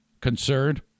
concerned